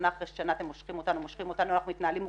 שנה אחרי שנה אתם מושכים אותנו ומושכים אותנו ואנחנו מתנהלים מולכם.